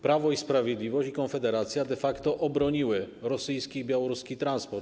Prawo i Sprawiedliwość i Konfederacja de facto obroniły rosyjski i białoruski transport.